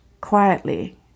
quietly